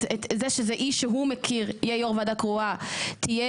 זה שזה אישר שהוא מכיר יהיה יו"ר ועדת קרואה תהיה